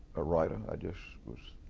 a writer. i just was,